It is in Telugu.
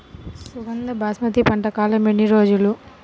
సుగంధ బాస్మతి పంట కాలం ఎన్ని రోజులు?